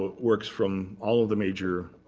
works from all of the major